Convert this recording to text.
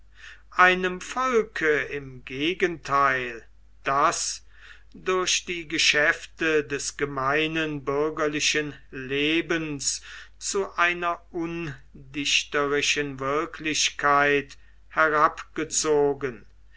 einem volke im gegentheil das durch die geschäfte des gemeinen bürgerlichen lebens zu einer undichterischen wirklichkeit herabgezogen